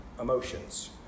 emotions